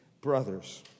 brothers